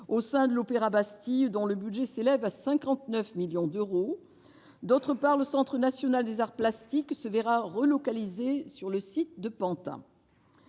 au sein de l'Opéra Bastille, dont le budget s'élève à 59 millions d'euros. Par ailleurs, le Centre national des arts plastiques se verra relocalisé sur le site de Pantin.